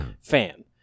fan